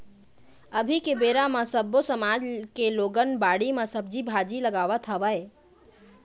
अभी के बेरा म सब्बो समाज के लोगन बाड़ी म सब्जी भाजी लगावत हवय